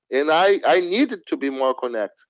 and i needed to be more connected.